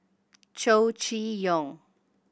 Chow Chee Yong